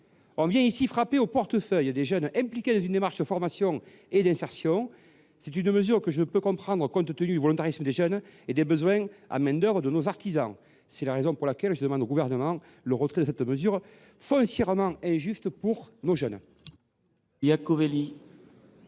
On vient ici frapper au portefeuille des jeunes engagés dans une démarche de formation et d’insertion. C’est une mesure que je ne peux comprendre au regard du volontarisme des jeunes et des besoins en main d’œuvre de nos artisans. C’est la raison pour laquelle je demande le retrait de cette mesure foncièrement injuste pour nos jeunes. La parole